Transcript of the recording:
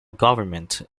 government